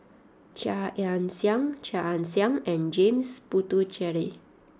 Chia Ann Siang Chia Ann Siang and James Puthucheary